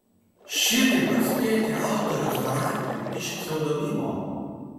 šitaip atspėti autoriaus charakterį iš pseudonimo